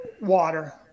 water